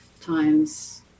times